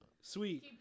Sweet